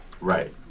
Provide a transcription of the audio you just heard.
Right